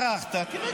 צרחת, תירגע.